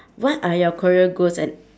what are your career goals and